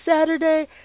Saturday